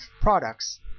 products